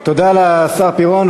תודה לשר פירון.